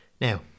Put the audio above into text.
Now